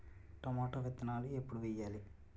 Tomato విత్తనాలు ఎప్పుడు వెయ్యాలి?